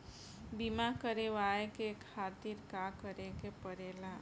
बीमा करेवाए के खातिर का करे के पड़ेला?